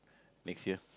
next year